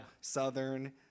Southern